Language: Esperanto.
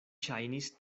ŝajnis